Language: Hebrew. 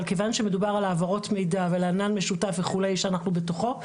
אבל כיוון שמדובר על העברות מידע ועל ענן משותף וכו' שאנחנו בתוכו,